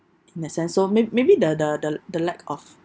in a sense so may~ maybe the the the the lack of